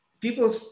people